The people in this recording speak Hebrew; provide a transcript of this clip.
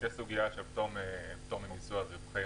יש סוגיה של פטור ממיסוי על רווחי